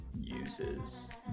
uses